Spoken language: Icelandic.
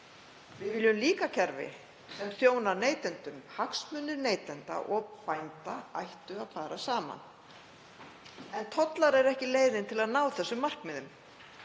Við viljum líka kerfi sem þjónar neytendum. Hagsmunir neytenda og bænda ættu fara saman. En tollar eru ekki leiðin til að ná þessum markmiðum.